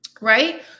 right